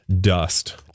dust